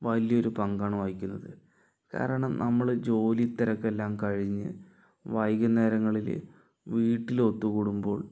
വലിയൊരു പങ്കാണ് വഹിക്കുന്നത് കാരണം നമ്മള് ജോലി തെരക്കെല്ലാം കഴിഞ്ഞു വൈകുന്നേരങ്ങളില് വീട്ടില് ഒത്തുകൂടുമ്പോൾ